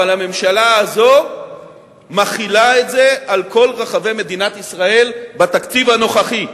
אבל הממשלה הזאת מחילה את זה על כל רחבי מדינת ישראל בתקציב הנוכחי.